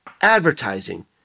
advertising